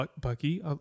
Bucky